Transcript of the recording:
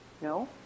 No